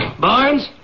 Barnes